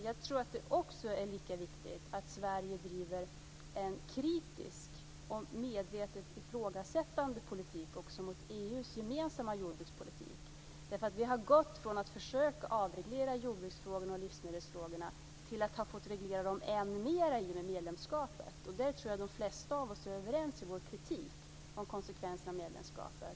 Jag tror att det är lika viktigt att Sverige också har en kritisk och medvetet ifrågasättande inställning till Vi har övergått från att försöka avreglera jordbruks och livsmedelsfrågorna till att i och med EU medlemskapet få reglera dem än mer. Jag tror att de flesta av oss är överens i vår kritik mot de konsekvenserna av medlemskapet.